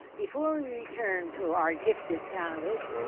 before we return to our gifted panelists,